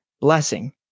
blessing